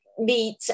meet